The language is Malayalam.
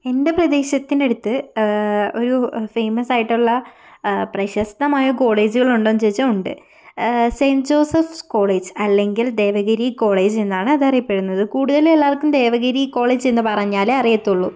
എൻ്റെ പ്രദേശത്തിനടുത്ത് ഒരു ഫേമസ് ആയിട്ടുള്ള പ്രശസ്തമായ കോളേജുകൾ ഉണ്ടോയെന്ന് ചോദിച്ചാൽ ഉണ്ട് സെയ്ൻറ്റ് ജോസഫ്സ് കോളേജ് അല്ലെങ്കിൽ ദേവഗിരി കോളേജ് എന്നാണ് അതറിയപ്പെടുന്നത് കൂടുതൽ എല്ലാവർക്കും ദേവഗിരി കോളേജ് എന്ന് പറഞ്ഞാലെ അറിയത്തുള്ളു